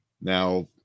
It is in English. Now